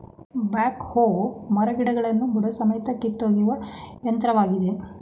back ಹೋ ಮರಗಿಡಗಳನ್ನು ಬುಡಸಮೇತ ಕಿತ್ತೊಗೆಯುವ ಯಂತ್ರವಾಗಿದೆ